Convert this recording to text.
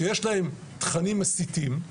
שיש בהם תכנים מסיתים,